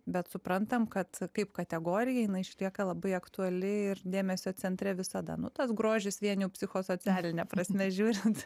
bet suprantam kad kaip kategorijai jinai išlieka labai aktuali ir dėmesio centre visada nu tas grožis vien jau psichosocialine prasme žiūrint